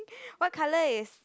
what colour is